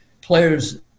players